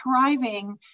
thriving